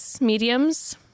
mediums